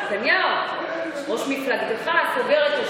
כשאת מדברת על